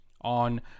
on